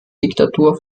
diktatur